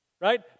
right